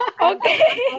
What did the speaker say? okay